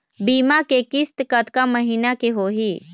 बीमा के किस्त कतका महीना के होही?